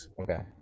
Okay